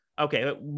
Okay